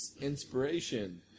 inspiration